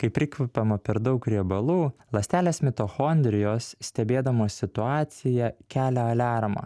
kaip prikvepiama per daug riebalų ląstelės mitochondrijos stebėdamos situaciją kelia aliarmą